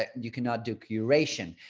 ah you cannot do curation.